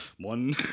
one